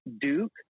Duke